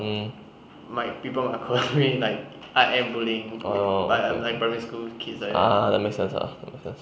mm oh ah that's make sense ah that make sense